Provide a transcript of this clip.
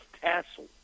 tassel